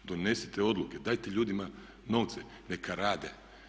Donosite odluke, dajte ljudima novce, neka rade.